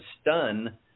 stun